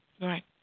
right